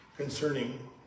concerning